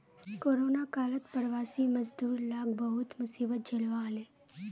corona कालत प्रवासी मजदूर लाक बहुत मुसीबत झेलवा हले